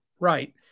right